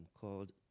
called